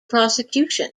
prosecution